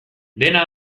dena